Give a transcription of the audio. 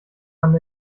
man